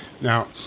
Now